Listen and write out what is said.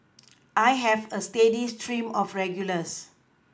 I have a steady stream of regulars